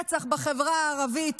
רצח בחברה הערבית.